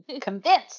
convinced